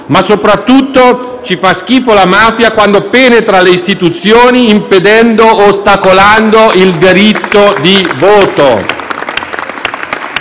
Ma soprattutto ci fa schifo la mafia quando penetra le istituzioni, impedendo o ostacolando il diritto di voto.